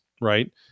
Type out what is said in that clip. Right